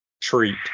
treat